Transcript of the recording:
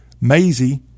Maisie